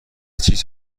چیز